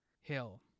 Hill